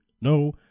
no